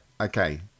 okay